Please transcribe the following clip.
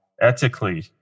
ethically